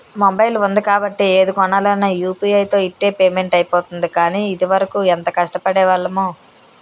mobile ఉంది కాబట్టి ఏది కొనాలన్నా యూ.పి.ఐ తో ఇట్టే పేమెంట్ అయిపోతోంది కానీ, ఇదివరకు ఎంత కష్టపడేవాళ్లమో